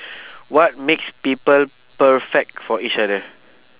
what makes people perfect for each other